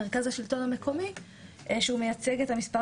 מרכז השלטון המקומי שהוא מייצג את המספר